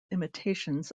imitations